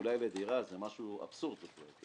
אולי בדירה זה משהו אבסורדי בכלל.